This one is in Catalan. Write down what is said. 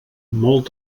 molt